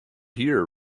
here